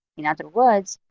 in other words,